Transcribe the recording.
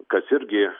kas irgi